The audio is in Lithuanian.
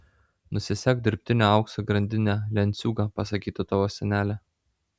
nusisek dirbtinio aukso grandinę lenciūgą pasakytų tavo senelė